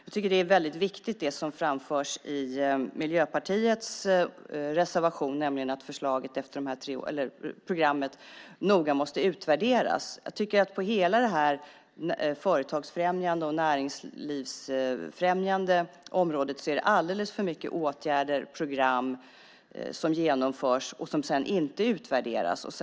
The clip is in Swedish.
Jag tycker att det som framförs i Miljöpartiets reservation är väldigt viktigt, nämligen att programmet noga måste utvärderas. Jag tycker att det på hela det här företagsfrämjande och näringslivsfrämjande området är alldeles för mycket åtgärder och program som genomförs och som sedan inte utvärderas.